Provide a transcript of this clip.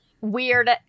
weird